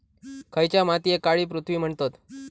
खयच्या मातीयेक काळी पृथ्वी म्हणतत?